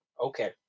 okay